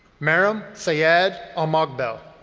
maram sayed amagdel.